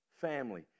family